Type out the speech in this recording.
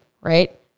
Right